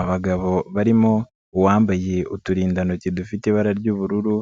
Abagabo barimo uwambaye uturindantoki dufite ibara ry'ubururu,